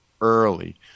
early